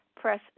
Press